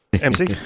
MC